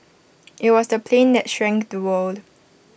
IT was the plane that shrank the world